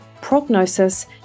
prognosis